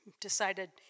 decided